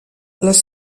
les